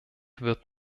wird